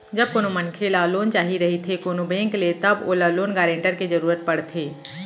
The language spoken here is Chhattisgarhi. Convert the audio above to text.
जब कोनो मनखे ल लोन चाही रहिथे कोनो बेंक ले तब ओला लोन गारेंटर के जरुरत पड़थे